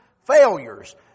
failures